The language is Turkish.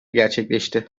gerçekleşti